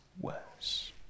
worse